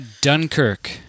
Dunkirk